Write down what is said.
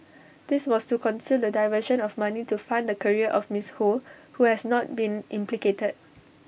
this was to conceal the diversion of money to fund the career of miss ho who has not been implicated